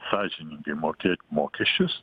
sąžiningai mokėt mokesčius